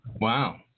Wow